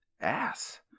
ass